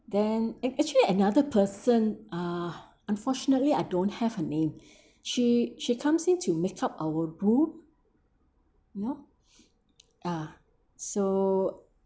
then act~ actually another person uh unfortunately I don't have her name she she comes into make up our room you know ah so